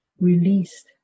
released